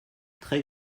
très